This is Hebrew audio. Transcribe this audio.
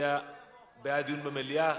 מצביע בעד דיון במליאה,